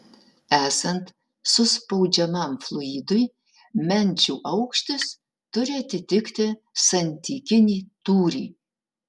esant suspaudžiamam fluidui menčių aukštis turi atitikti santykinį tūrį